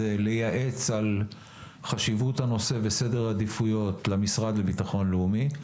לייעץ על חשיבות הנושא וסדר עדיפויות למשרד לביטחון לאומי,